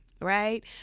right